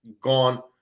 gone